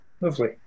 lovely